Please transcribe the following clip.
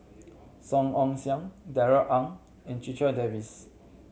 Song Ong Siang Darrell Ang and Checha Davies